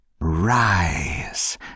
Rise